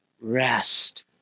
rest